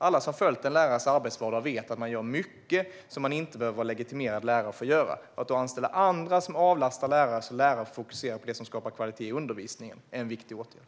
Alla som följt en lärares arbetsvardag vet att lärarna gör mycket som man inte behöver vara legitimerad lärare för att göra. Att då anställa andra som avlastar lärare så att de får fokusera på det som skapar kvalitet i undervisningen är en viktig åtgärd.